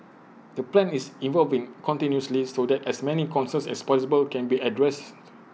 the plan is evolving continuously so that as many concerns as possible can be addressed